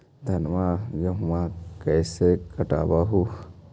धाना, गेहुमा कैसे कटबा हू?